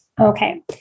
Okay